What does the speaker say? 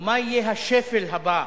או מה יהיה השפל הבא,